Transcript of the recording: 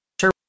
sure